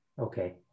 Okay